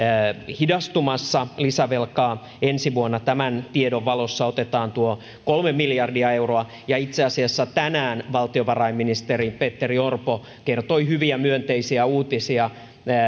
hidastumassa lisävelkaa ensi vuonna tämän tiedon valossa otetaan tuo kolme miljardia euroa ja itse asiassa tänään valtiovarainministeri petteri orpo kertoi hyviä myönteisiä uutisia